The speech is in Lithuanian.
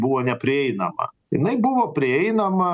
buvo neprieinama inai buvo prieinama